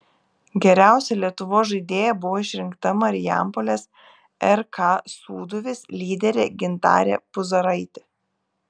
geriausia lietuvos žaidėja buvo išrinkta marijampolės rk sūduvis lyderė gintarė puzaraitė